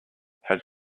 had